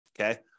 okay